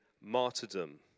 martyrdom